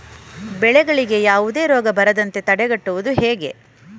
ಬೆಳೆಗಳಿಗೆ ಯಾವುದೇ ರೋಗ ಬರದಂತೆ ತಡೆಗಟ್ಟುವುದು ಹೇಗೆ?